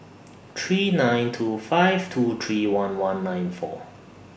three nine two five two three one one nine four